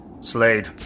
Slade